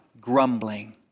grumbling